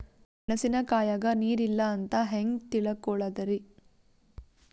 ಮೆಣಸಿನಕಾಯಗ ನೀರ್ ಇಲ್ಲ ಅಂತ ಹೆಂಗ್ ತಿಳಕೋಳದರಿ?